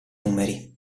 numeri